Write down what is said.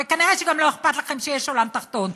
וכנראה גם לא אכפת לכם שיש עולם תחתון,